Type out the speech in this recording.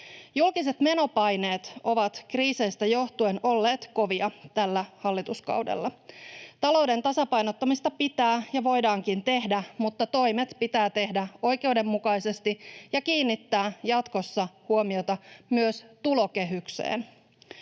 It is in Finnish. Julkiset menopaineet ovat kriiseistä johtuen olleet kovia tällä hallituskaudella. Talouden tasapainottamista pitää ja voidaankin tehdä, mutta toimet pitää tehdä oikeudenmukaisesti ja kiinnittää jatkossa huomiota myös tulokehykseen.